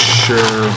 sure